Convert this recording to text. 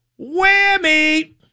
Whammy